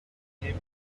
him